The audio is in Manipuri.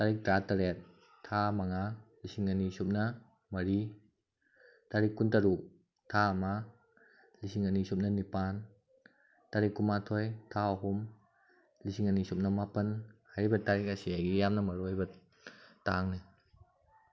ꯇꯔꯤꯛ ꯇꯔꯥ ꯇꯔꯦꯠ ꯊꯥ ꯃꯉꯥ ꯂꯤꯁꯤꯡ ꯑꯅꯤ ꯁꯨꯞꯅ ꯃꯔꯤ ꯇꯥꯔꯤꯛ ꯀꯨꯟ ꯇꯔꯨꯛ ꯊꯥ ꯑꯃ ꯂꯤꯁꯤꯡ ꯑꯅꯤ ꯁꯨꯞꯅ ꯅꯤꯄꯥꯜ ꯇꯥꯔꯤꯛ ꯀꯨꯟ ꯃꯥꯊꯣꯏ ꯊꯥ ꯑꯍꯨꯝ ꯂꯤꯁꯤꯡ ꯑꯅꯤ ꯁꯨꯞꯅ ꯃꯥꯄꯜ ꯍꯥꯏꯔꯤꯕ ꯇꯥꯔꯤꯛ ꯑꯁꯤ ꯑꯩꯒꯤ ꯌꯥꯝꯅ ꯃꯔꯨ ꯑꯣꯏꯕ ꯇꯥꯡꯅꯤ